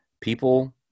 people